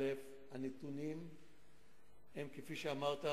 הנתונים הם כפי שאמרת,